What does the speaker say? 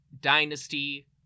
dynasty